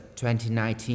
2019